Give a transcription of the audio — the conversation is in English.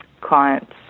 clients